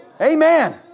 Amen